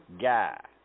guy